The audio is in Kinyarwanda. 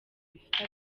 bifite